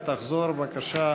ותחזור בבקשה